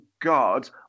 God